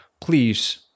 please